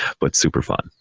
but super fun.